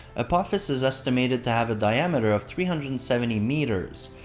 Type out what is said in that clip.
apophis is estimated to have a diameter of three hundred and seventy meters.